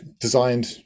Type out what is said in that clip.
designed